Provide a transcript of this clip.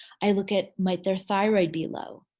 i look at might their thyroid be low?